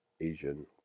Asian